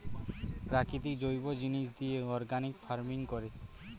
প্রাকৃতিক জৈব জিনিস দিয়ে অর্গানিক ফার্মিং করে